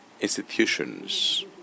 institutions